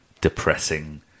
depressing